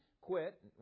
quit